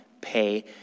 pay